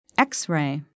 X-ray